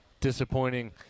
disappointing